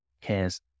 cares